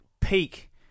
peak